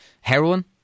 Heroin